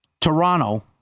Toronto